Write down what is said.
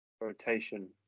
rotation